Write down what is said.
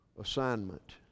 assignment